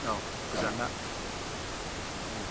औ गोजान ना